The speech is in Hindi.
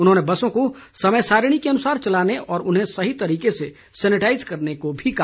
उन्होंने बसों को समय सारिणी के अनुसार चलाने और उन्हें सही तरीके से सैनेटाइज करने को भी कहा